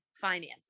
finances